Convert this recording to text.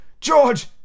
george